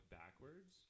backwards